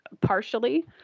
partially